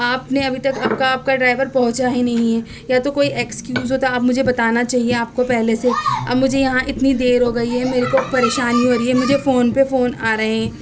آپ نے ابھی تک آپ کا کا آپ کا ڈرائیور پہنچا ہی نہیں ہے یا تو کوئی ایکسکیوز ہوتا ہے اب مجھے بتانا چاہیے آپ کو پہلے سے اب مجھے یہاں اتنی دیر ہو گئی ہے میرے کو پریشانی ہو رہی ہے مجھے فون پہ فون آ رہے ہیں